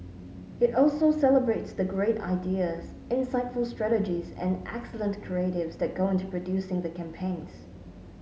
it also celebrates the great ideas insightful strategies and excellent creatives that go into producing the campaigns